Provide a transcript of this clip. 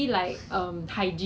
走到 sian 掉 lor